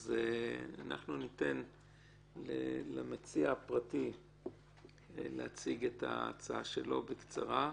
אנחנו ניתן למציע הפרטי להציג את ההצעה שלו בקצרה.